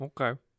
okay